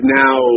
now